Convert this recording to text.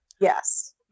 Yes